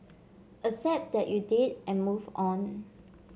accept that you did and move on